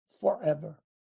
forever